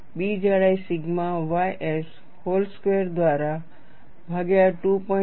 B જાડાઈ sigma ys whole square દ્વારા ભાગ્યા 2